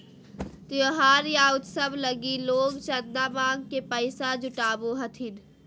त्योहार या उत्सव लगी लोग चंदा मांग के पैसा जुटावो हथिन